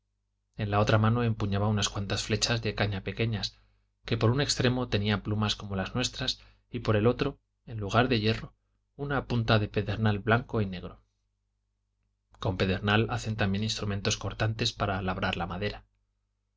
en la otra mano empuñaba unas cuantas flechas de caña pequeñas que por un extremo tenían plumas como las nuestras y por el otro en lugar de hierro una punta de pedernal blanco y negro con pedernal hacen también instrumentos cortantes para labrar la madera